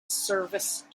service